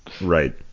Right